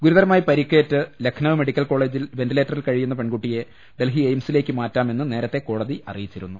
ഗുരുതരമായി പരിക്കേറ്റ് ലഖ്നൌ മെഡിക്കൽ കോളെജിൽ വെന്റിലേറ്ററിൽ കഴിയുന്ന പെൺകുട്ടിയെ ഡൽഹി എയിംസി ലേക്ക് മാറ്റാമെന്ന് നേരത്തെ കോടതി അറിയിച്ചിരുന്നു